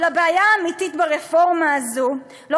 אבל הבעיה האמיתית ברפורמה הזו היא לא